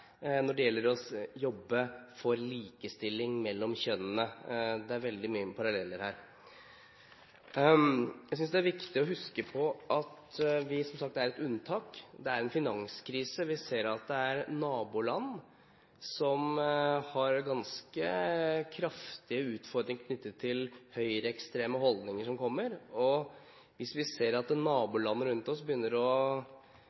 når det gjelder å jobbe for likestilling mellom kjønnene – det er veldig mange paralleller her. Jeg synes det er viktig å huske på at vi, som sagt, er et unntak. Det er finanskrise. Vi ser at det er naboland som har ganske kraftige utfordringer knyttet til høyreekstreme holdninger som kommer. Hvis vi ser at